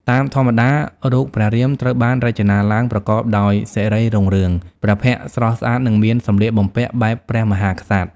តាមធម្មតា រូបព្រះរាមត្រូវបានរចនាឡើងប្រកបដោយសិរីរុងរឿង ព្រះភ័ក្ត្រស្រស់ស្អាតនិងមានសម្លៀកបំពាក់បែបព្រះមហាក្សត្រ ។